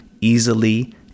easily